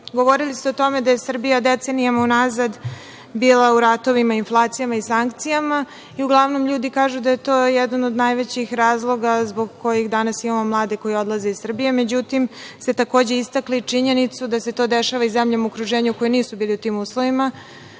Govorili ste o tome da je Srbija decenijama unazad bila u ratovima, inflacijama i sankcijama. Uglavnom ljudi kažu da je to jedan od najvećih razloga zbog kojih danas imamo mlade koji danas odlaze iz Srbije.Međutim, vi ste takođe istakli činjenicu da se to dešava i zemljama u okruženju koje nisu bile u tim uslovima,